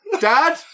dad